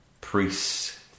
priests